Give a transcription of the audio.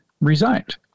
resigned